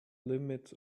limits